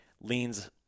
leans